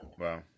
Wow